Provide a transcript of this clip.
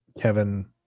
Kevin